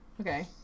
Okay